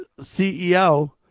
CEO